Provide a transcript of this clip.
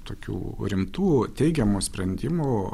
tokių rimtų teigiamų sprendimų